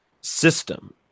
system